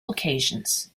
occasions